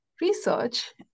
research